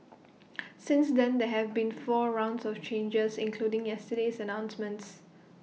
since then there have been four rounds of changes including yesterday's announcements